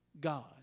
God